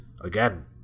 again